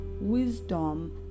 wisdom